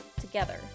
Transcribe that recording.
together